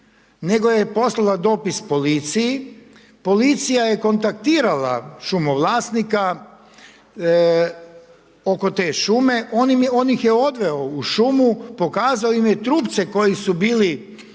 nego je poslala dopis policiji. Policija je kontaktirala šumovlasnika oko te šume, on ih je odveo u šumu, pokazao im je trupce koji su bili